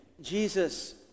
Jesus